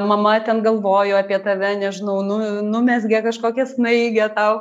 mama ten galvojo apie tave nežinau nu numezgė kažkokią snaigę tau